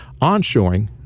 onshoring